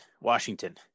Washington